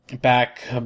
back